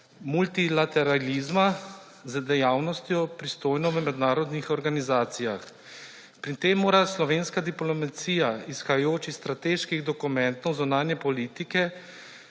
multilateralizma z dejavnostjo, pristojno v mednarodnih organizacijah. Pri tem mora slovenska diplomacija, izhajajoč iz strateških dokumentov zunanje politike